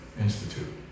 Institute